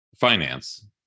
finance